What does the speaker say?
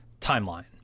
timeline